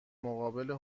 مقابل